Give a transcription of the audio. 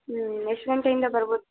ಹೂಂ ಎಷ್ಟು ಗಂಟೆಯಿಂದ ಬರ್ಬೋದು